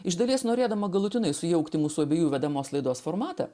iš dalies norėdama galutinai sujaukti mūsų abiejų vedamos laidos formatą